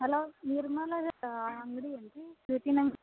hello ನಿರ್ಮಲದು ಅಂಗಡಿ ಏನು ರೀ ಸ್ವೀಟಿನ ಅಂಗಡಿ